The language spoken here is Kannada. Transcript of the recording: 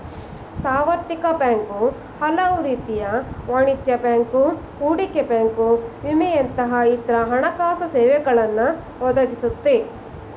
ಸಾರ್ವತ್ರಿಕ ಬ್ಯಾಂಕ್ ಹಲವುರೀತಿಯ ವಾಣಿಜ್ಯ ಬ್ಯಾಂಕ್, ಹೂಡಿಕೆ ಬ್ಯಾಂಕ್ ವಿಮೆಯಂತಹ ಇತ್ರ ಹಣಕಾಸುಸೇವೆಗಳನ್ನ ಒದಗಿಸುತ್ತೆ